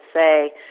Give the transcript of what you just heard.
say